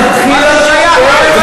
אני